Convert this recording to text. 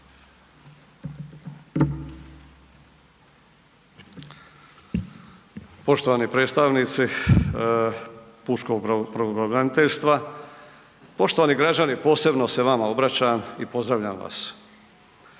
Poštovani predstavnici pučkog pravobraniteljstva, poštovani građani posebno se vama obraćam i pozdravljam vas.